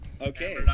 Okay